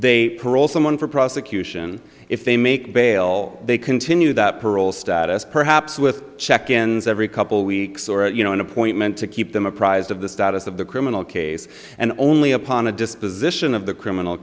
they are all someone for prosecution if they make bail they continue that parole status perhaps with check ins every couple weeks or a you know an appointment to keep them apprised of the status of the criminal case and only upon a disposition of the criminal